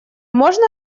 можно